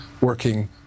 working